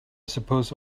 suppose